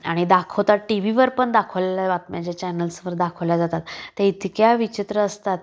आणि दाखवतात टी व्हीवर पण दाखवलेल्या बातम्याच्या चॅनल्सवर दाखवल्या जातात ते इतक्या विचित्र असतात